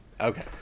Okay